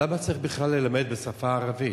למה צריך בכלל ללמד בשפה הערבית?